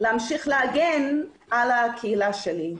להמשיך להגן על הקהילה שלי.